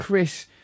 Chris